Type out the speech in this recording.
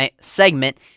segment